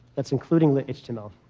that's including lit-html.